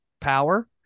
power